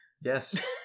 Yes